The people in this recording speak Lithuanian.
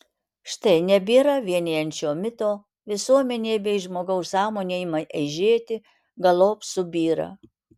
štai nebėra vienijančio mito visuomenė bei žmogaus sąmonė ima eižėti galop subyra